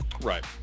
Right